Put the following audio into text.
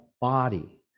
body